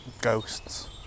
ghosts